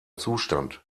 zustand